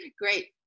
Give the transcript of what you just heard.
Great